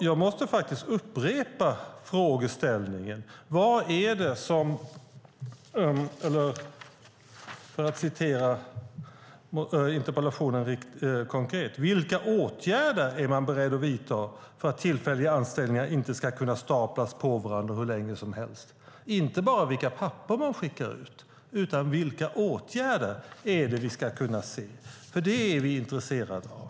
Jag måste därför upprepa frågeställningen i interpellationen: Vilka åtgärder är man beredd att vidta för att tillfälliga anställningar inte ska kunna staplas på varandra hur länge som helst? Det handlar inte bara om vilka papper man skickar ut utan om vilka åtgärder vi ska kunna se. Det är vi intresserade av.